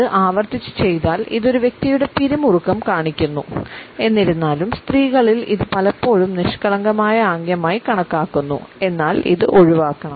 അത് ആവർത്തിച്ച് ചെയ്താൽ ഇത് ഒരു വ്യക്തിയുടെ പിരിമുറുക്കം കാണിക്കുന്നു എന്നിരുന്നാലും സ്ത്രീകളിൽ ഇത് പലപ്പോഴും നിഷ്കളങ്കമായ ആംഗ്യമായി കണക്കാക്കുന്നു എന്നാൽ ഇത് ഒഴിവാക്കണം